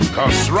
Cause